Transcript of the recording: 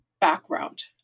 background